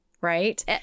right